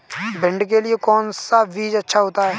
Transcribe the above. भिंडी के लिए कौन सा बीज अच्छा होता है?